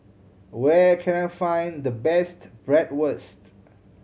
where can I find the best Bratwurst